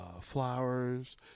flowers